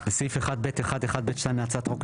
בסעיף 1(ב1)(1)(ב)(2) להצעת החוק,